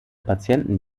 patienten